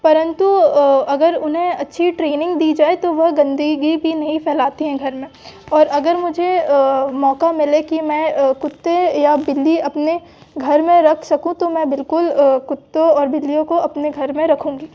परन्तु अगर उन्हें अच्छी ट्रेनिंग दी जाए तो वह गंदगी भी नहीं फैलती हैं घर में और अगर मुझे मौक़ा मिले कि मैं कुत्ते या बिल्ली अपने घर में रख सकूँ तो मैं बिल्कुल कुत्तों और बिल्लियों को अपने घर में रखूँगी